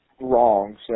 wrong